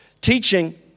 teaching